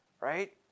right